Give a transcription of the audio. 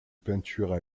peintures